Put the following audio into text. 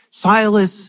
silas